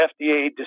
FDA